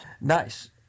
Nice